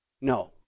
No